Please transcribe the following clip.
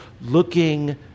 looking